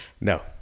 No